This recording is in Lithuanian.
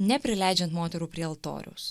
neprileidžiant moterų prie altoriaus